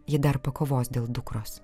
ji dar pakovos dėl dukros